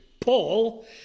Paul